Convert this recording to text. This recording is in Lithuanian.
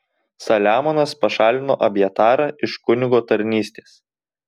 saliamonas pašalino abjatarą iš kunigo tarnystės